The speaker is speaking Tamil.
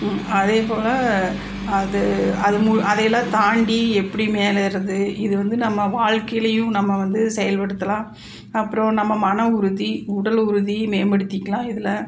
அதே போல் அது அது மு அதையெல்லாம் தாண்டி எப்படி மேலே ஏறுவது இது வந்து நம்ம வாழ்க்கைலேயும் நம்ம வந்து செயல்படுத்தலாம் அப்புறம் நம்ம மன உறுதி உடல் உறுதி மேம்படுத்திக்கலாம் இதில்